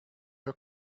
her